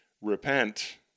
repent